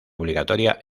obligatoria